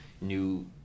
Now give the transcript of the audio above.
new